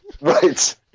Right